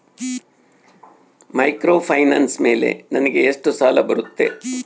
Microfinance ಮೇಲೆ ನನಗೆ ಎಷ್ಟು ಸಾಲ ಬರುತ್ತೆ?